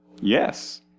Yes